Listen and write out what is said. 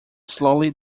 slowly